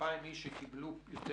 שקיבלו יותר